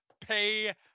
pay